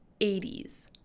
80s